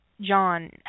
John